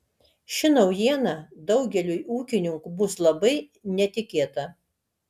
ši naujiena daugeliui ūkininkų bus labai netikėta